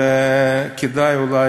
וכדאי אולי,